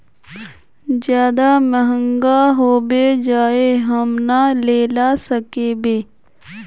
ज्यादा महंगा होबे जाए हम ना लेला सकेबे?